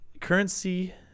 currency